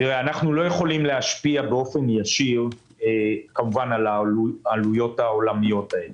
אנחנו לא יכולים להשפיע באופן ישיר על העלויות העולמיות הללו.